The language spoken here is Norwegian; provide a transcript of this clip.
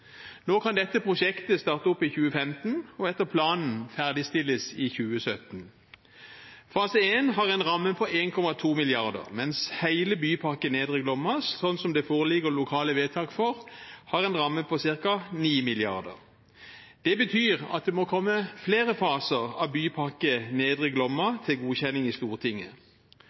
Nå kan dette prosjektet starte opp i 2015 og etter planen ferdigstilles i 2017. Fase 1 har en ramme på 1,2 mrd. kr, mens hele Bypakke Nedre Glomma, sånn som det foreligger lokale vedtak for, har en ramme på ca. 9 mrd. kr. Det betyr at det må komme flere faser av Bypakke Nedre Glomma